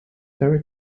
erik